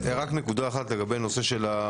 רק נקודה אחת לגבי התהליך.